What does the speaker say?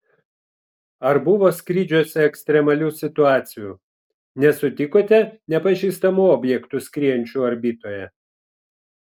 ar buvo skrydžiuose ekstremalių situacijų nesutikote nepažįstamų objektų skriejančių orbitoje